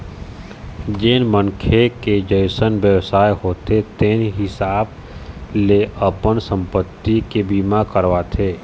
जेन मनखे के जइसन बेवसाय होथे तेन हिसाब ले अपन संपत्ति के बीमा करवाथे